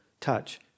touch